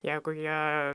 jeigu jie